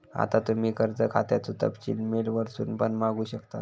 आता तुम्ही कर्ज खात्याचो तपशील मेल वरसून पण मागवू शकतास